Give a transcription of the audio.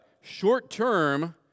Short-term